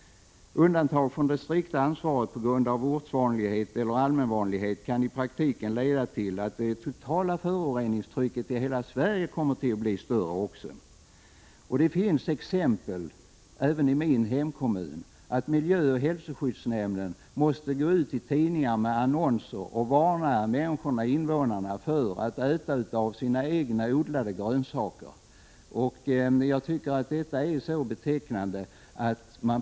Undantag från det strikta ansvaret på grund av ortseller allmänvanlighet kan i praktiken leda till att det totala föroreningstrycket i hela Sverige kommer att bli större. Det finns även i min hemkommun exempel på att miljöoch hälsoskyddsnämnden måste gå ut med annonser i tidningarna och varna invånarna för att äta av sina egna odlade grönsaker.